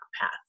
path